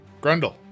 Grundle